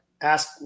ask